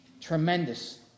Tremendous